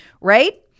right